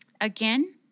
again